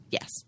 Yes